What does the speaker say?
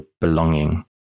belonging